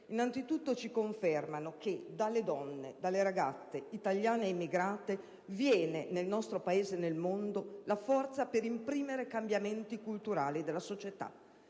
Innanzitutto, ci confermano che dalle donne, dalle ragazze, italiane e immigrate, viene, nel nostro Paese e nel mondo, la forza per imprimere cambiamenti culturali nella società.